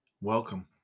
welcome